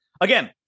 again